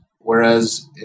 Whereas